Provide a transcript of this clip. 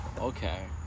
Okay